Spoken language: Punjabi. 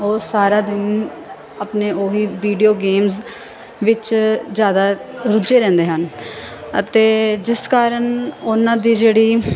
ਉਹ ਸਾਰਾ ਦਿਨ ਆਪਣੇ ਉਹੀ ਵੀਡੀਓ ਗੇਮਸ ਵਿੱਚ ਜ਼ਿਆਦਾ ਰੁੱਝੇ ਰਹਿੰਦੇ ਹਨ ਅਤੇ ਜਿਸ ਕਾਰਨ ਉਹਨਾਂ ਦੀ ਜਿਹੜੀ